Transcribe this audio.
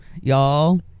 Y'all